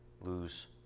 lose